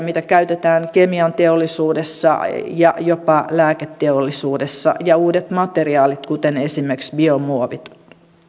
mitä käytetään kemianteollisuudessa ja jopa lääketeollisuudessa ja uudet materiaalit kuten esimerkiksi biomuovit